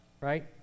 right